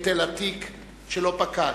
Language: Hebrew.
אין תל עתיק שלא פקד,